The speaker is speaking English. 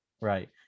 right